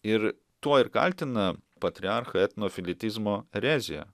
ir tuo ir kaltina patriarchą etnofilitizmo erezija